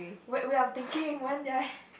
wait wait I'm thinking when did I